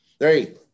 Three